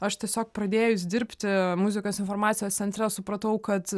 aš tiesiog pradėjus dirbti muzikos informacijos centre supratau kad